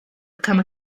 become